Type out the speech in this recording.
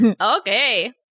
Okay